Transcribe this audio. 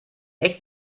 echt